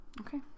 Okay